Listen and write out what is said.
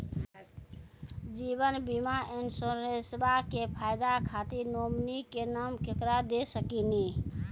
जीवन बीमा इंश्योरेंसबा के फायदा खातिर नोमिनी के नाम केकरा दे सकिनी?